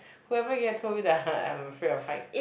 whoever here told you that I'm afraid of heights